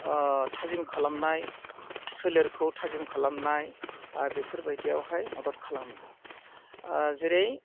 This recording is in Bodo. थाजिम खालामनाय सोलेरखौ थाजिम खालामनाय आर बेफोरबायदियावहाय मदद खालामो जेरै